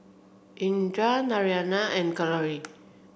Indira Naraina and Kalluri